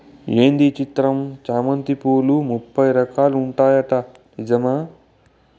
ఏంది ఈ చిత్రం చామంతి పూలు ముప్పై రకాలు ఉంటాయట నిజమా